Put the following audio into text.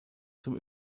zum